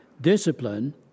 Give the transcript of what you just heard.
discipline